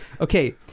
Okay